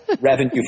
revenue